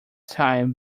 time